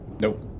Nope